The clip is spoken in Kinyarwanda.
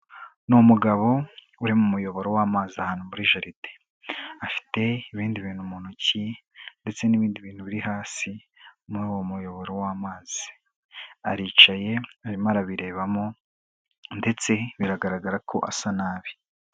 Ni umugabo uri mu muyoboro w'amazi ahantu muri jaride, afite ibindi bintu mu ntoki ndetse n'ibindi bintu biri hasi muri uwo muyoboro w'amazi, aricaye arimo arabirebamo ndetse biragaragara ko asa nabi.